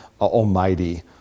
Almighty